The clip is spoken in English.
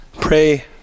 pray